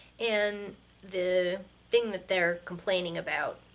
and the thing that they're complaining about,